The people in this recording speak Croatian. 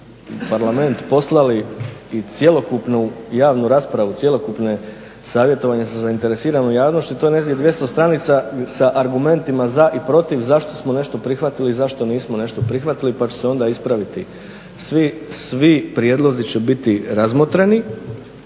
Parlament poslali i cjelokupnu javnu raspravu, cjelokupne savjetovanje sa zainteresiranom javnošću to je negdje 200 stranica sa argumentima za i protiv zašto smo nešto prihvatili zašto nismo nešto prihvatili pa ću se onda ispraviti. Svi prijedlozi će biti razmotreni